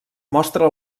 mostra